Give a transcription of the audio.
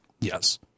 Yes